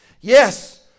Yes